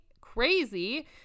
crazy